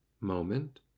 moment